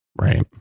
Right